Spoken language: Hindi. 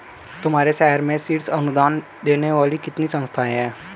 तुम्हारे शहर में शीर्ष अनुदान देने वाली कितनी संस्थाएं हैं?